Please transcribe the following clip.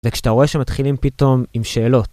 וכשאתה רואה שמתחילים פתאום עם שאלות.